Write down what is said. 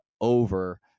over